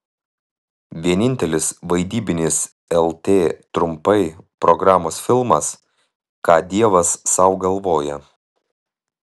vienintelis vaidybinis lt trumpai programos filmas ką dievas sau galvoja